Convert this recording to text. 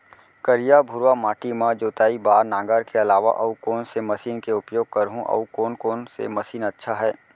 करिया, भुरवा माटी म जोताई बार नांगर के अलावा अऊ कोन से मशीन के उपयोग करहुं अऊ कोन कोन से मशीन अच्छा है?